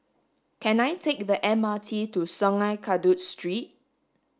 can I take the M R T to Sungei Kadut Street